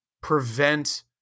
prevent